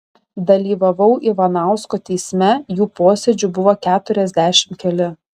dalyvavau ivanausko teisme jų posėdžių buvo keturiasdešimt keli